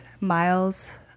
miles